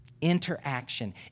Interaction